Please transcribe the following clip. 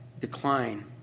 decline